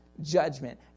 judgment